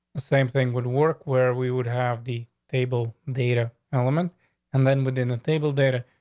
the same thing would work where we would have the table data element and then within the table data.